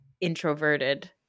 introverted